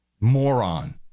Moron